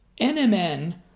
NMN